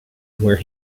where